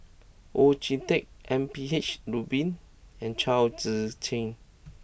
Oon Jin Teik M P H Rubin and Chao Tzee Cheng